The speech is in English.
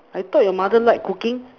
I thought your mother like cooking